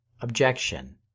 Objection